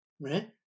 right